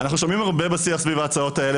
אנחנו שומעים הרבה בשיח סביב ההצעות האלה,